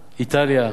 איטליה.